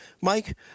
Mike